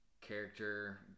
Character